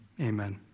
Amen